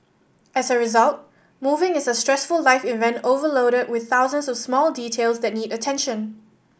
as a result moving is a stressful life event overloaded with thousands of small details that need attention